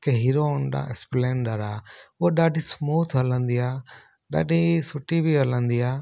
हिकु Hero Honda Splendor आहे उहा ॾाढी स्मूथ हलंदी आहे ॾाढी सुठी बि हलंदी आहे